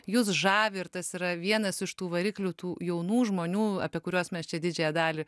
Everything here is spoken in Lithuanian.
jus žavi ir tas yra vienas iš tų variklių tų jaunų žmonių apie kuriuos mes čia didžiąją dalį